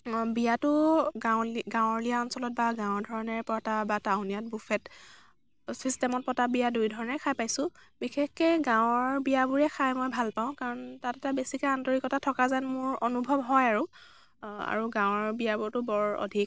বিয়াতো গাঁৱ গাঁৱলীয়া অঞ্চলত বা গাঁৱৰ ধৰণেৰে পতা বা টাউনীয়াত বুফেট চিষ্টেমত পতা বিয়া দুইধৰণেৰেই খাই পাইছোঁ বিশেষকৈ গাঁৱৰ বিয়াবোৰেই খাই মই ভাল পাওঁ কাৰণ তাত এটা বেছিকৈ আন্তৰিকতা থকা যেন মোৰ অনুভৱ হয় আৰু গাঁৱৰ বিয়াবোৰতো বৰ অধিক